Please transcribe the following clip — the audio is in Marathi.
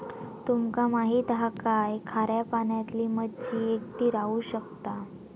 तुमका माहित हा काय की खाऱ्या पाण्यातली मच्छी एकटी राहू शकता